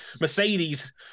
Mercedes